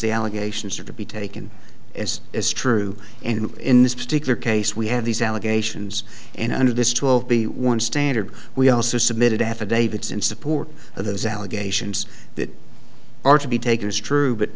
the allegations are to be taken as is true and in this particular case we have these allegations and under this will be one standard we also submitted affidavit in support of those allegations that are to be takers true but